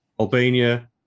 Albania